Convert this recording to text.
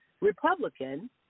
Republican